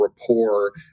rapport